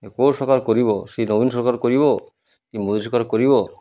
କେଉଁ ସରକାର କରିବ ସେଇ ନବୀନ ସରକାର କରିବ କି ମୋଦୀ ସରକାର କରିବ